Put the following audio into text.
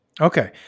Okay